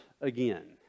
again